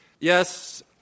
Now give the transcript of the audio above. Yes